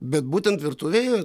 bet būtent virtuvėje